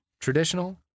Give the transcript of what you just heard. traditional